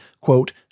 quote